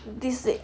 this week